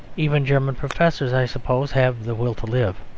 even german professors, i suppose, have the will to live.